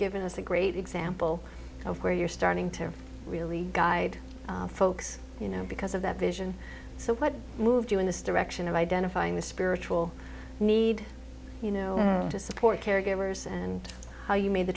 given us a great example of where you're starting to really guide folks you know because of that vision so what moved you in this direction of identifying the spiritual need you know to support caregivers and how you made the